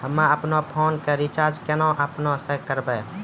हम्मे आपनौ फोन के रीचार्ज केना आपनौ से करवै?